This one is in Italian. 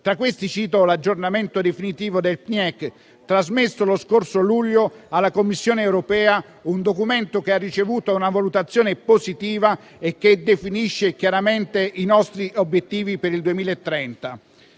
integrato energia e clima (PNIEC), trasmesso lo scorso luglio alla Commissione europea: un documento che ha ricevuto una valutazione positiva e che definisce chiaramente i nostri obiettivi per il 2030.